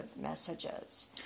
messages